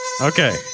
Okay